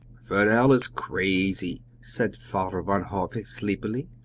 fidel is crazy, said father van hove sleepily.